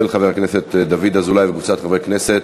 של חבר הכנסת דוד אזולאי וקבוצת חברי הכנסת,